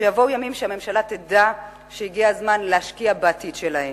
שיבואו ימים שהממשלה תדע שהגיע הזמן להשקיע בעתיד שלהם.